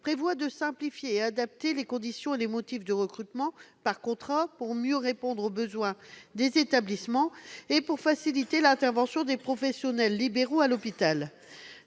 prévoit de « simplifier et adapter les conditions et les motifs de recrutement par contrat pour mieux répondre aux besoins des établissements [...] et pour faciliter l'intervention des professionnels libéraux à l'hôpital.